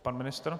Pan ministr?